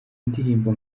ndirimbo